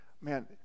man